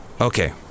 Okay